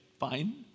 fine